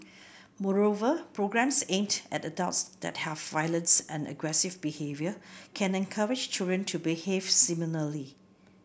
moreover programmes aimed at adults that have violence and aggressive behaviour can encourage children to behave similarly